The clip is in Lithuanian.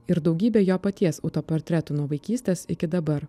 ir daugybė jo paties autoportretų nuo vaikystės iki dabar